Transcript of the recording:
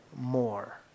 more